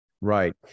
Right